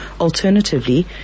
Alternatively